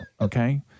Okay